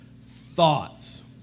thoughts